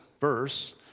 verse